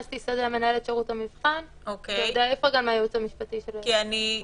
אסתי שדה מנהלת שירות המבחן וגם הייעוץ המשפטי שלהם.